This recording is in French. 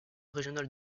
régional